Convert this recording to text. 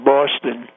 Boston